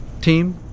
team